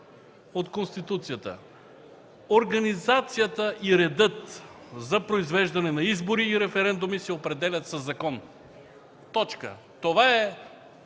от Конституцията: „Организацията и редът за произвеждане на избори и референдуми се определят със закон”. Това е